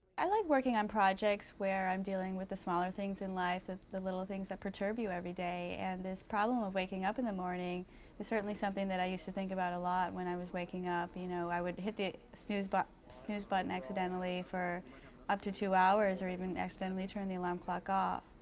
i like working on projects where i'm dealing with the smaller things in life, and the little things that perturb you every day. and this problem of waking up in the morning is certainly something that i used to think about a lot. when i was waking up you know i would hit the snooze but snooze button accidentally for up to two hours, or even accidentally turn the alarm clock off.